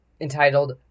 entitled